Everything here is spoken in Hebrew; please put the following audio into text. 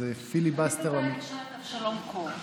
אז פיליבסטר, אני בינתיים אשאל את אבשלום קור.